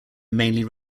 mainly